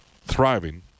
thriving